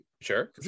Sure